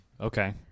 Okay